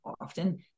often